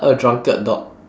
a drunkard dog